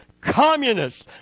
communists